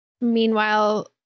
meanwhile